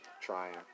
trying